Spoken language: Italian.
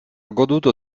goduto